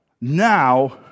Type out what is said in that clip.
now